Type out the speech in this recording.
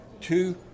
two